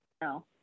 No